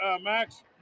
Max